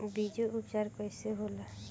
बीजो उपचार कईसे होला?